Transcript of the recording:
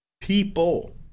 people